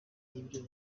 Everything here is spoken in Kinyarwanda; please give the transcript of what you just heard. nk’ibyo